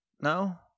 No